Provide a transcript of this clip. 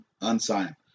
unsigned